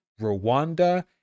Rwanda